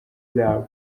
zabo